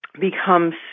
becomes